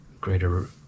greater